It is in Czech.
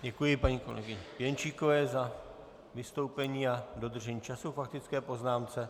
Děkuji paní kolegyni Pěnčíkové za vystoupení a dodržení času k faktické poznámce.